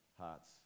hearts